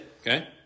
okay